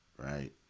right